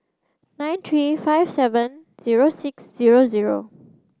nine three five seven zero six zero zero